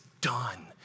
done